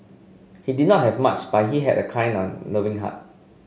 he did not have much but he had a kind on loving heart